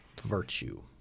virtue